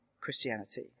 Christianity